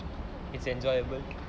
it's enjoyable